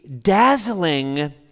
dazzling